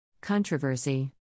Controversy